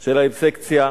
של היבסקציה,